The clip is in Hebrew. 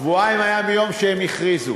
שבועיים היו מהיום שהם הכריזו.